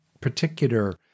particular